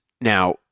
Now